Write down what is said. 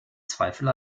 zweifel